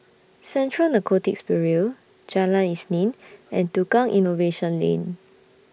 Central Narcotics Bureau Jalan Isnin and Tukang Innovation Lane